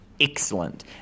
Excellent